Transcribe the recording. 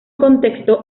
contexto